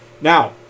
Now